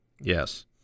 Yes